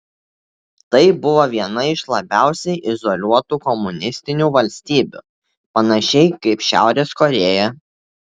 tai buvo viena iš labiausiai izoliuotų komunistinių valstybių panašiai kaip šiaurės korėja